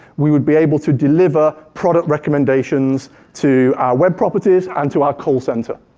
we would be able to deliver product recommendations to our web properties, and to our call center.